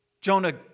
Jonah